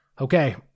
Okay